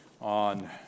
on